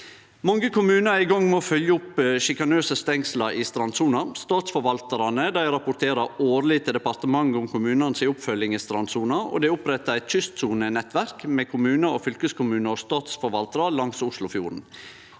Mange kommunar er i gang med å følgje opp sjikanøse stengsel i strandsona. Statsforvaltarane rapporterer årleg til departementet om kommunane si oppfølging i strandsona, og det er oppretta eit kystsonenettverk med kommunar, fylkeskommunar og statsforvaltarar langs Oslofjorden.